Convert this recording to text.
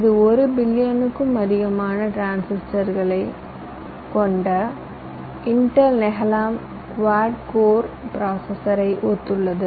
இது 1 பில்லியனுக்கும் அதிகமான டிரான்சிஸ்டர்களைக் கொண்ட இன்டெல் நெஹலம் குவாட் கோர் செயலியுடன் ஒத்துள்ளது